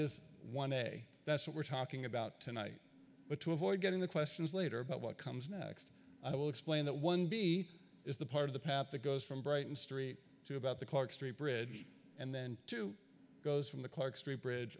is one day that's what we're talking about tonight but to avoid getting the questions later but what comes next i will explain that one b is the part of the path that goes from brighton street to about the clark street bridge and then two goes from the